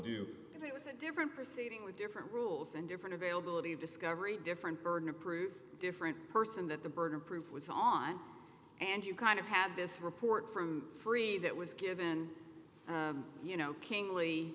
a different perceiving with different rules and different availability of discovery different burden of proof different person that the burden of proof was on and you kind of have this report from free that was given you know king